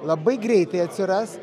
labai greitai atsiras